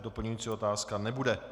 Doplňující otázka nebude.